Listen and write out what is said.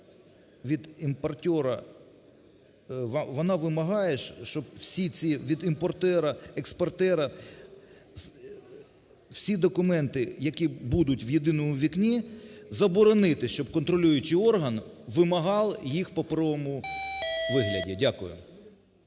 вона вимагає, що всі ці – від імпортера, експортера – всі документи, які будуть в "єдиному вікні", заборонити, щоб контролюючий орган вимагав їх в паперовому вигляді. Дякую.